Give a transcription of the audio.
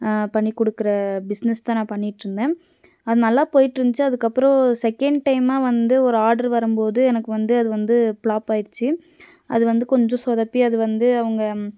பண்ணிக் கொடுக்குற பிஸ்னஸ் தான் நான் பண்ணிகிட்ருந்தேன் அது நல்லா போயிட்ருந்துச்சு அதுக்கப்புறம் செகண்ட் டைம்மாக வந்து ஒரு ஆட்ரு வரும்போது எனக்கு வந்து அது வந்து ப்ளாப் ஆயிடுச்சி அது வந்து கொஞ்சம் சொதப்பி அது வந்து அவங்க